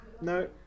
no